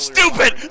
Stupid